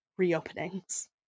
reopenings